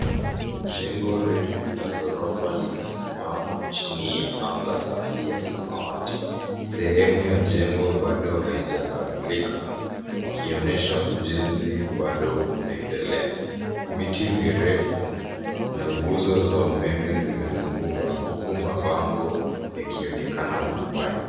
Jengo refu la ghorofa linasimama chini ya anga safi ya samawati. Sehemu ya jengo bado haijakamilika, ikionesha ujenzi bado unaendelea. Miti mirefu na nguzo za umeme zimezunguka, huku mabango yakionekana kwa mbali.